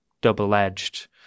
double-edged